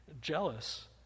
jealous